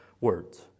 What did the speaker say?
words